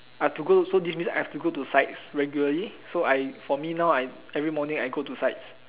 I have to go so this means I have to go to sites regularly so I for me now I every morning I go to sites